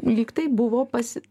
lygtai buvo pasi